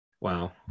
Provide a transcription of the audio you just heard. Wow